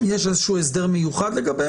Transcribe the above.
יש איזשהו הסדר מיוחד לגביהם.